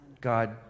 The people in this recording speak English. God